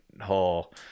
whole